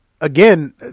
Again